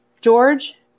George